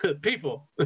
people